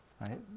right